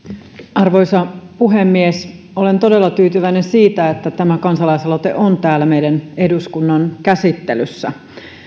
arvoisa puhemies olen todella tyytyväinen siitä että tämä kansalaisaloite on täällä meidän eduskunnan käsittelyssä